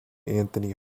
anthony